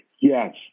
Yes